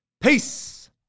Peace